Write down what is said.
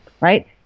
right